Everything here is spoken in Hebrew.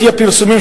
לפי הפרסומים,